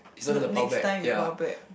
note next time you 包 back